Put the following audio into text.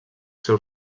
seus